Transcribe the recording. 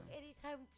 anytime